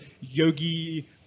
yogi